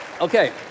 Okay